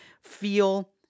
feel